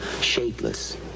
shapeless